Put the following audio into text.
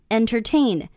entertain